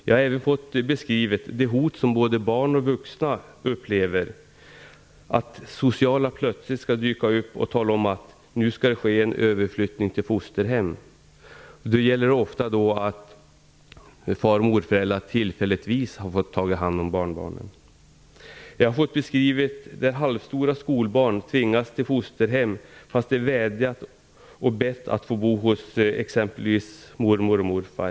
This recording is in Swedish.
Jag har även fått beskrivet det hot som både barn och vuxna upplever, dvs. att "sociala" plötsligt skall dyka upp och tala om att "nu skall det ske en överflyttning till fosterhem". Det gäller ofta att far och morföräldrar tillfälligtvis har fått ta hand om barnbarnen. Jag har fått beskrivet hur halvstora skolbarn tvingats till fosterhem fast de vädjat och bett att få bo hos exempelvis mormor och morfar.